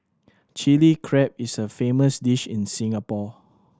Chilli Crab is a famous dish in Singapore